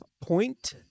point